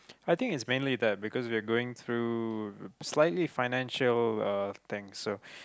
I think it's mainly that because we're going through slightly financial uh things so